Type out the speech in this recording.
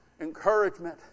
encouragement